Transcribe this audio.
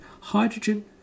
hydrogen